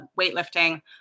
weightlifting